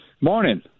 Morning